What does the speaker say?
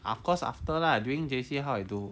of course after lah during J_C how you do